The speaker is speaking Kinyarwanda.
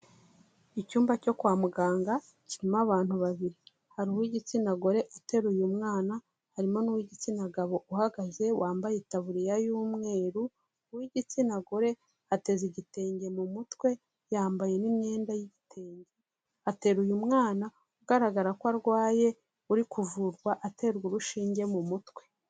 Icyumba cyo kwa muganga, kirimo abantu babiri hari uw'igitsina gore uteruye mwana, harimo n'uw'igitsina gabo uhagaze wambaye itabuririya y'umweru, uw'igitsina gore ateze igitenge mu mutwe, yambaye n'imyenda y'igitenge, ateruye umwana ugaragara ko arwaye, uri kuvurwa aterwa urushinge mu mutwe.